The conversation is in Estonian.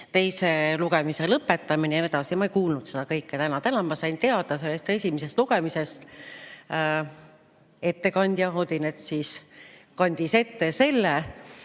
teise lugemise lõpetamisega, ja nii edasi. Ma ei kuulnud seda kõike täna. Täna ma sain teada sellest esimesest lugemisest, ettekandja Odinets kandis ette selle,